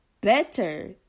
better